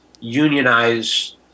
unionize